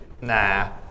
Nah